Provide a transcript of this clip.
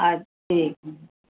हा ठीकु आहे